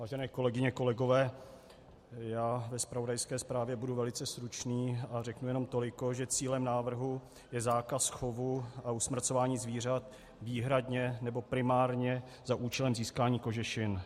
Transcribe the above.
Vážené kolegyně, kolegové, já ve zpravodajské zprávě budu velice stručný a řeknu toliko, že cílem návrhu je zákaz chovu a usmrcování zvířat výhradně nebo primárně za účelem získání kožešin.